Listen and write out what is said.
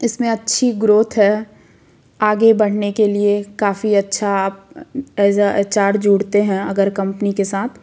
इसमें अच्छी ग्रोथ है आगे बढ़ने के लिए काफ़ी अच्छा आप ऐज़ आ एच आर जुड़ते हैं अगर कंपनी के साथ